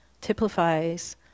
typifies